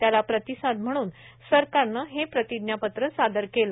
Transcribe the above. त्याला प्रतिसाद म्हणून सरकारनं हे प्रतिज्ञापत्र सादर केलं